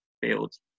fields